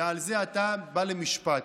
ועל זה אתה בא למשפט.